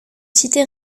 cité